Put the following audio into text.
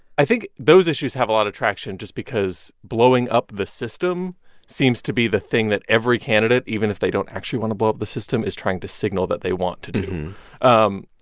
i think those issues have a lot of traction just because blowing up the system seems to be the thing that every candidate even if they don't actually want to blow up the system is trying to signal that they want to um